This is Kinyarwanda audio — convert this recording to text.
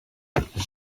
utu